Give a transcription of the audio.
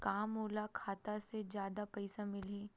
का मोला खाता से जादा पईसा मिलही?